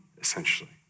essentially